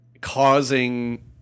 causing